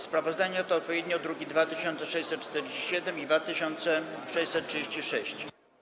Sprawozdania to odpowiednio druki nr 2647 i 2636.